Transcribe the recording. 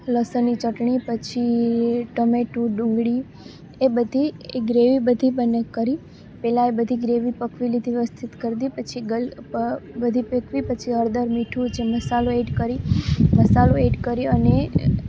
લસણની ચટણી પછી ટામેટું ડુંગળી એ બધી એ ગ્રેવી બધી બંને કરી પહેલાં એ બધી ગ્રેવી પકવી લીધી વ્યવસ્થિત કરી દીધી પછી બધી પકવી પછી હળદર મીઠું જે મસાલો એડ કરી મસાલો એડ કરી અને